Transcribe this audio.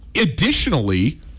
additionally